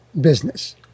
business